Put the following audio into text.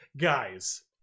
guys